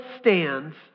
stands